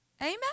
Amen